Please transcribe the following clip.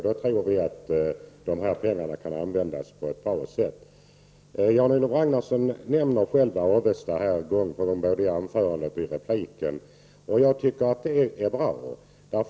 Då tror vi att pengarna kan användas på ett bra sätt. Jan-Olof Ragnarsson nämner Avesta gång på gång både i sitt huvudanförande och i repliken, och jag tycker att det är bra.